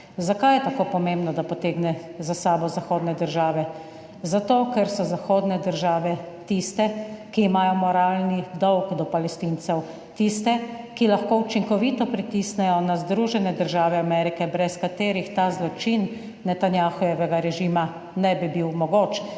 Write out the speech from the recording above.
Zakaj je tako pomembno, da potegne za sabo zahodne države? Zato, ker so **34. TRAK: (TB) - 21.35** (nadaljevanje) zahodne države tiste, ki imajo moralni dolg do Palestincev, tiste, ki lahko učinkovito pritisnejo na Združene države Amerike, brez katerih ta zločin Netanjahujevega režima ne bi bil mogoč,